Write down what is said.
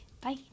Bye